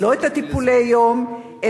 לא את טיפולי היום,